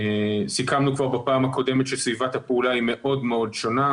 סיכמנו כבר בפעם הקודמת שסביבת הפעולה היא מאוד מאוד שונה.